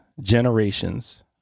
generations